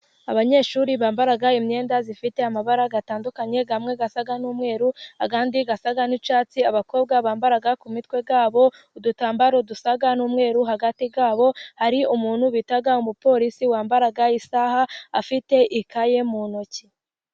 Abanyeshuri bambara imyenda ifite amabara atandukanye, amwe asa n'umweru, ayandi asa n'icyatsi, abakobwa bambara ku mitwe, udutambaro dusa n'umweru, hagati yabo hari umuntu bita umuporisi, wambara isaha, afite ikaye mu ntoki.